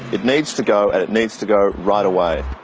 it needs to go, and it needs to go right away.